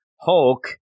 Hulk